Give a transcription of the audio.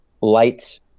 light